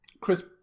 Chris